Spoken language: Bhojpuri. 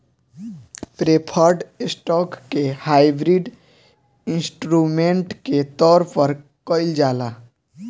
प्रेफर्ड स्टॉक के हाइब्रिड इंस्ट्रूमेंट के तौर पर कइल जाला